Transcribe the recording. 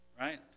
right